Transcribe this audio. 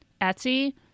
Etsy